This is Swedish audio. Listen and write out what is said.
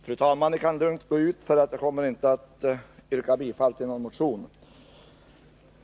Fru talman! Ni andra kan lugnt gå ut, för jag kommer inte att yrka bifall till någon motion.